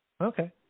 Okay